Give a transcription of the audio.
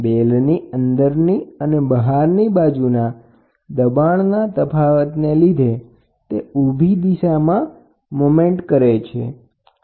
બેલની અંદરની અને બહારની સપાટીના દબાણના તફાવતને લીધે રચાતા ડીફ્રન્સીઅલ પ્રેસરને કારણે તે ઉભી દિશામાં ચલન કરે છે